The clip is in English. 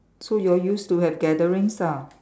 so you all used to have gatherings ah